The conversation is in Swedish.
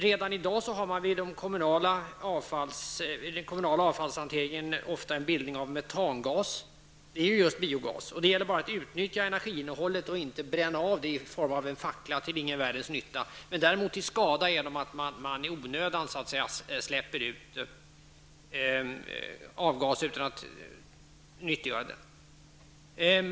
Redan i dag får man i den kommunala avfallshanteringen ofta en bildning av metangas. Det är just en biogas. Det är bara att utnyttja detta energiinnehåll och inte bränna av det i form av en fackla till ingen nytta, däremot till skada genom att man i onödan släpper ut avgaser utan att nyttiggöra dem.